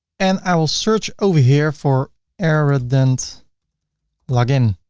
and i will search over here for erident login